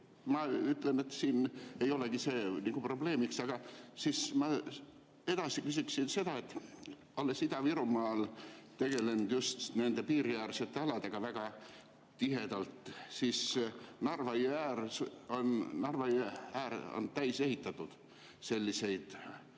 ma ütlen, et siin ei olegi see nagu probleemiks. Ma küsiksin seda, et olen Ida-Virumaal tegelenud just nende piiriäärsete aladega väga tihedalt, Narva jõe äär on täis ehitatud selliseid